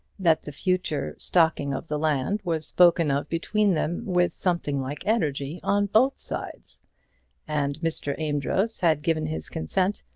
that the future stocking of the land was spoken of between them with something like energy on both sides and mr. amedroz had given his consent,